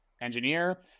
engineer